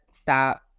Stop